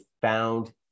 found